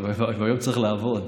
ביום צריך לעבוד.